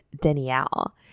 Danielle